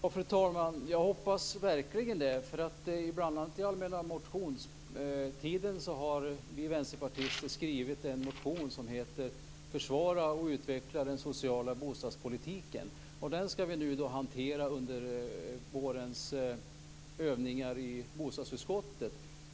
Fru talman! Jag hoppas verkligen det. Under den allmänna motionstiden har vi vänsterpartister skrivit en motion som handlar om att försvara och utveckla den sociala bostadspolitiken, och den skall vi nu hantera under vårens övningar i bostadsutskottet.